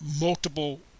multiple